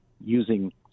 using